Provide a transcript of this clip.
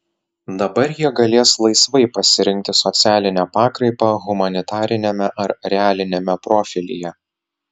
dabar jie galės laisvai pasirinkti socialinę pakraipą humanitariniame ar realiniame profilyje